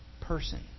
person